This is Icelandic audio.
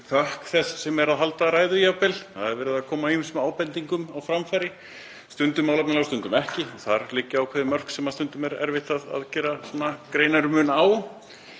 þökk þess sem er að halda ræðu, það er verið að koma ýmsum ábendingum á framfæri, stundum málefnalegum, stundum ekki. Þar liggja ákveðin mörk sem stundum er erfitt að gera greinarmun á